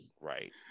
right